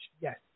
Yes